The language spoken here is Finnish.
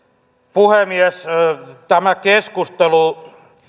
puhemies tämä keskustelu